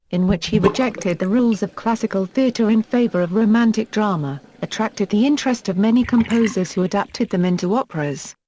in which he rejected the rules of classical theatre in favour of romantic drama, attracted the interest of many composers who adapted them into operas.